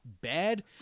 bad